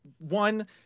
one